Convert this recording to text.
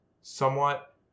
somewhat